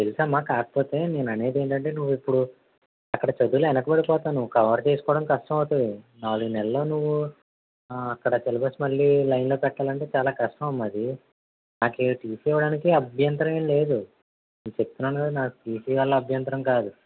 తెలుసు అమ్మా కాకపోతే నేను అనేది ఏంటంటే నువ్వు ఇప్పుడు అక్కడ చదువులో వెనకపడిపోతావు నువ్వు కవర్ చేసుకోవడం కష్టం అవుతుంది నాలుగు నెలల్లో నువ్వు అక్కడ సిలబస్ మళ్ళీ లైన్లో పెట్టాలంటే చాలా కష్టం అమ్మా అదీ నాకు టీసీ ఇవ్వడానికి అభ్యంతరం ఏం లేదు నేను చెప్తున్నాను కదా నాకు టీసీ వల్ల అభ్యంతరం కాదు